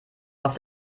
auf